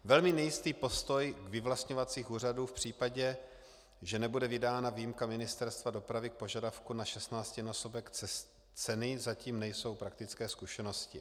Velmi nejistý postoj vyvlastňovacích úřadů v případě, že nebude vydána výjimka Ministerstva dopravy k požadavku na šestnáctinásobek ceny, zatím nejsou praktické zkušenosti.